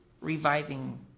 reviving